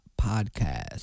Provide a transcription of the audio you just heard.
podcast